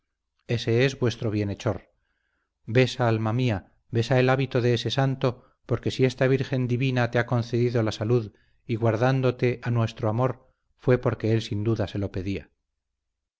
ese es vuestro bienhechor besa alma mía besa el hábito de ese santo porque si esta virgen divina te ha concedido la salud y guardándote a nuestro amor fue porque él sin duda se lo pedía